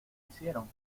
hicieron